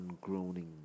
groaning